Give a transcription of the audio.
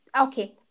okay